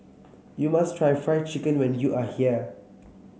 you must try Fried Chicken when you are here